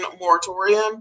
moratorium